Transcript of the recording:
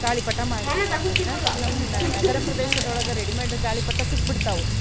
ಗಾಳಿಪಟ ಮಾಡಬೇಕು ಅಂತಂದ್ರೆ ನಮ್ಮನ್ನು ನಗರ ಪ್ರದೇಶದೊಳಗೆ ರೆಡಿಮೇಡ್ ಗಾಳಿಪಟ ಸಿಕ್ಬಿಡ್ತವೆ